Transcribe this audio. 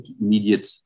immediate